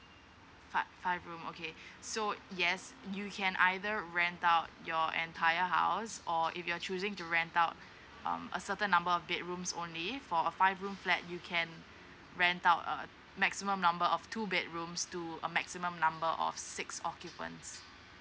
five five room okay so yes you can either rent out your entire house or if you're choosing to rent out um a certain number of bedrooms only for a five room flat you can rent out a maximum number of two bedrooms to a maximum number of six occupants